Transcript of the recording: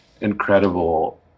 incredible